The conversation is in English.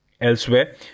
Elsewhere